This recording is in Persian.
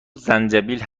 زنجبیل